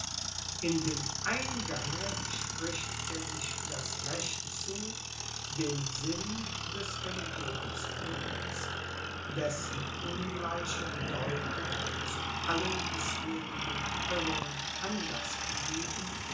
in dem eingange spricht er sich das recht zu den sinn des religionsfriedens dessen ungleiche deutung zu allen bisherigen irrungen anlaß gegeben